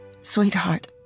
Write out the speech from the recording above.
Sweetheart